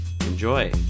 Enjoy